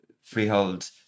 freehold